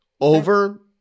over